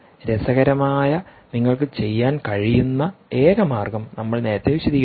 രസകരമായ നിങ്ങൾക്ക് ചെയ്യാൻ കഴിയുന്ന ഏക മാർഗം നമ്മൾ നേരത്തെ വിശദീകരിച്ചു